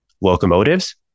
locomotives